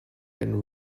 been